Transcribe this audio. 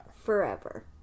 Forever